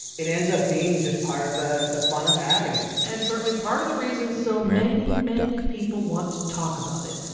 it ends up being just part of the the fun of having it and certainly part of the reason so many, many people want to talk about it.